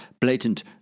blatant